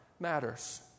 matters